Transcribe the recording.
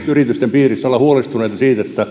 yritysten piirissä ollaan huolestuneita siitä